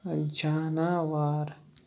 جاناوار